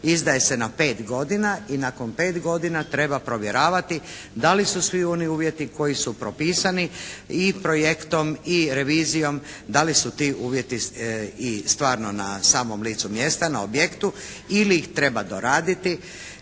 izdaje se na pet godina i nakon pet godina treba provjeravati da li su svi oni uvjeti koji su propisani i projektom i revizijom, da li su ti uvjeti i stvarno na samom licu mjesta, na objektu ili ih treba doraditi